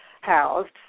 housed